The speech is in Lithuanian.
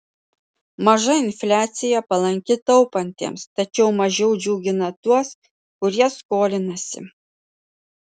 maža infliacija palanki taupantiems tačiau mažiau džiugina tuos kurie skolinasi